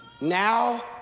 Now